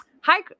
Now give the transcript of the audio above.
Hi